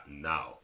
now